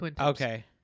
Okay